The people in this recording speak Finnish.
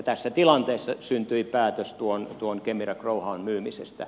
tässä tilanteessa syntyi päätös tuon kemira growhown myymisestä